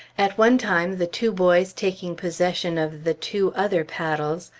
at one time the two boys taking possession of the two other paddles,